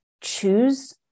choose